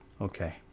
Okay